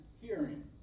hearing